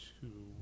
two